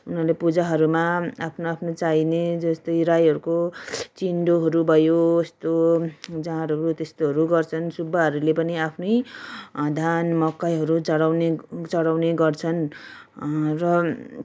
उनीहरूले पूजाहरूमा आफ्नो आफ्नो चाहिने जस्तै राईहरूको चिन्डोहरू भयो यस्तो जाँडहरू त्यस्तोहरू गर्छन् सुब्बाहरूले पनि आफ्नै धान मकैहरू चढाउने चढाउने गर्छन् र